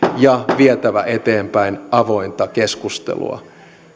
ja vietävä eteenpäin avointa keskustelua